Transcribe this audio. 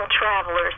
travelers